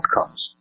outcomes